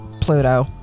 Pluto